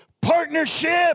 partnership